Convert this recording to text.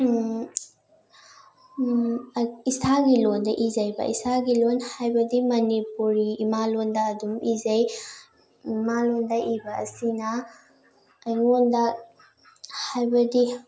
ꯏꯁꯥꯒꯤ ꯂꯣꯟꯗ ꯏꯖꯩꯕ ꯏꯁꯥꯒꯤ ꯂꯣꯟ ꯍꯥꯏꯕꯗꯤ ꯃꯅꯤꯄꯨꯔꯤ ꯏꯃꯥ ꯂꯣꯟꯗ ꯑꯗꯨꯝ ꯏꯖꯩ ꯏꯃꯥ ꯂꯣꯟꯗ ꯏꯕ ꯑꯁꯤꯅ ꯑꯩꯉꯣꯟꯗ ꯍꯥꯏꯕꯗꯤ